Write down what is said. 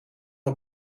een